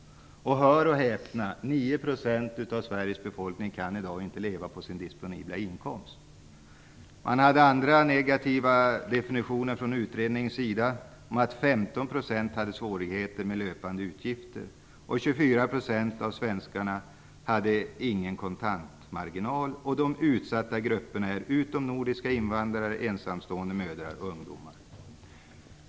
Hör och häpna, 9 % av Sveriges befolkning kan i dag inte leva på sin disponibla inkomst. Utredningen hade andra negativa definitioner. 15 % hade svårigheter med löpande utgifter. 24 % av svenskarna hade ingen kontantmarginal. De utsatta grupperna är utomnordiska invandrare, ensamstående mödrar och ungdomar.